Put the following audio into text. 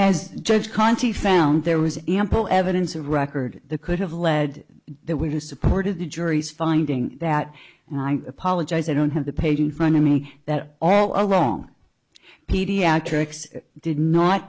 as judge conti found there was ample evidence of record the could have led the way to support of the jury's finding that and i apologize i don't have the page in front of me that all along pediatrics did not